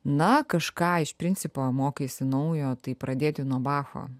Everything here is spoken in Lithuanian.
na kažką iš principo mokaisi naujo tai pradėti nuo bacho